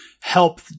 help